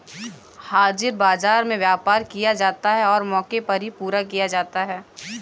हाजिर बाजार में व्यापार किया जाता है और मौके पर ही पूरा किया जाता है